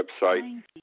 website